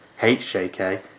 HJK